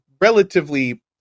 relatively